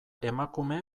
emakume